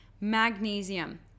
Magnesium